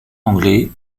anglais